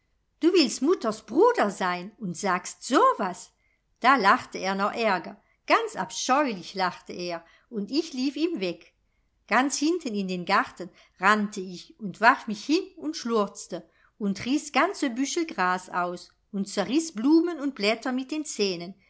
du willst mutters bruder sein und sagst so'was da lachte er noch ärger ganz abscheulich lachte er und ich lief ihm weg ganz hinten in den garten rannte ich und warf mich hin und schluchzte und riß ganze büschel gras aus und zerriß blumen und blätter mit den zähnen